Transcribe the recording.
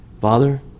Father